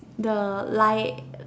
the lie